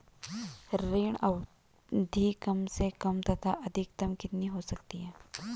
ऋण अवधि कम से कम तथा अधिकतम कितनी हो सकती है?